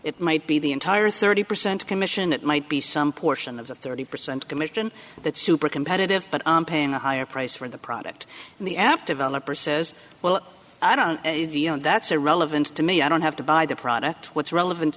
it might be the entire thirty percent commission that might be some portion of the thirty percent commission that super competitive but paying a higher price for the product in the app developer says well i don't know that's irrelevant to me i don't have to buy the product what's relevant